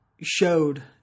showed